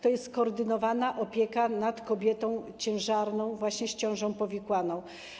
To jest skoordynowana opieka nad kobietą ciężarną - właśnie z ciążą powikłaną.